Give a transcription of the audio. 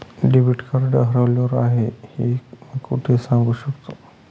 Debit card हरवले आहे हे मी कोठे सांगू शकतो?